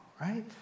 right